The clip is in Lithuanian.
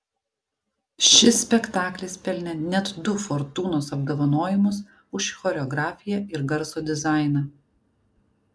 šis spektaklis pelnė net du fortūnos apdovanojimus už choreografiją ir garso dizainą